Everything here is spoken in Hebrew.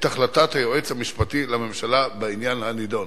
החלטת היועץ המשפטי לממשלה בעניין הנדון.